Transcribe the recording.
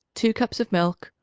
two cups of milk,